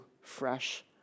fresh